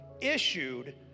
issued